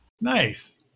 Nice